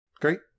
Great